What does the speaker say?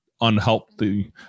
unhealthy